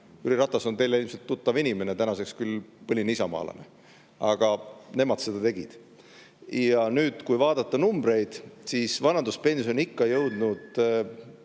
Jüri Ratas on teile ilmselt tuttav inimene, tänaseks küll põline isamaalane. Aga nemad seda tegid. Ja nüüd, kui vaadata numbreid, siis vanaduspensioniikka jõudnud